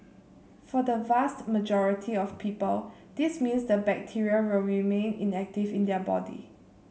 for the vast majority of people this means the bacteria will remain inactive in their body